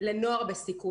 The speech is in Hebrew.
נוער בסיכון.